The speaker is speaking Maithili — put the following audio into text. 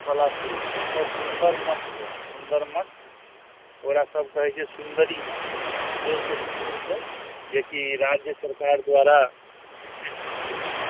पलासी ओतऽ सुन्दर मठ छै सुन्दर मठ ओकरा सब कहै छै सुन्दरी मठ महादेवके मंदिर छै जेकि राज्य सरकार द्वारा घोषित मंदिर छै